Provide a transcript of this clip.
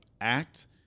act